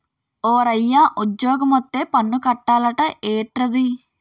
ఓరయ్యా ఉజ్జోగమొత్తే పన్ను కట్టాలట ఏట్రది